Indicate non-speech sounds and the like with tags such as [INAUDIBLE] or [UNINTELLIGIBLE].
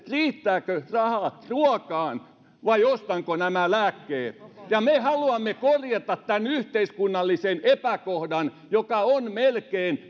riittävätkö rahat ruokaan vai ostanko nämä lääkkeet ja me haluamme korjata tämän yhteiskunnallisen epäkohdan joka on melkein [UNINTELLIGIBLE]